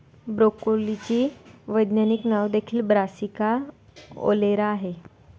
ब्रोकोलीचे वैज्ञानिक नाव देखील ब्रासिका ओलेरा आहे